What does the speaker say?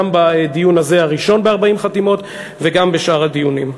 גם בדיון הזה הראשון ב-40 חתימות וגם בשאר הדיונים.